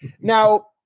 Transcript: Now